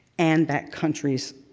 and that countries,